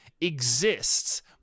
exists